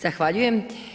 Zahvaljujem.